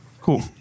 Cool